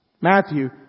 Matthew